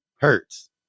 Hurts